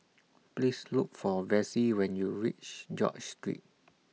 Please Look For Vassie when YOU REACH George Street